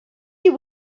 you